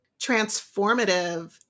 transformative